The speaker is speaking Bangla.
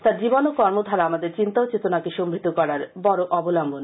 তাঁর জীবন ও কর্মধারা আমাদের চিন্তা ও চেতনাকে সমৃদ্ধ করার বড অবলশ্বন